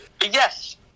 Yes